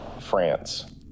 France